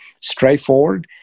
straightforward